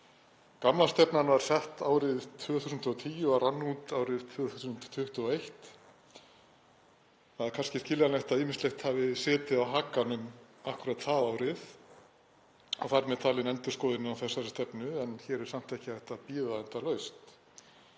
Gamla stefnan var sett árið 2010 og rann út árið 2021. Það er kannski skiljanlegt að ýmislegt hafi setið á hakanum akkúrat það árið, þar með talin endurskoðun á þessari stefnu, en hér er samt ekki hægt að bíða endalaust.